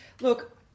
Look